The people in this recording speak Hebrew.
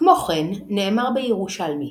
כמו כן נאמר בירושלמי